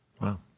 Wow